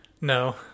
No